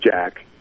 Jack